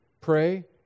pray